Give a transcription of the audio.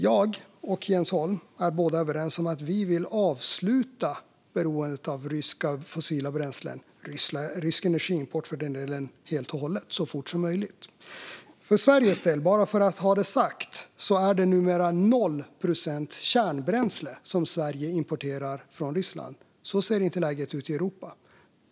Jag och Jens Holm är överens om att vi vill avsluta beroendet av ryska fossila bränslen - och för den delen av rysk energiimport helt och hållet - så fort som möjligt. Det är numera, bara för att ha det sagt, noll procent kärnbränsle som Sverige importerar från Ryssland. Så ser inte läget ut i Europa.